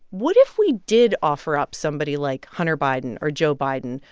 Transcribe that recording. what if we did offer up somebody like hunter biden or joe biden?